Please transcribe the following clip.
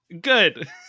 good